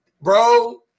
bro